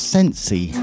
Sensi